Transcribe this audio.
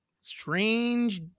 Strange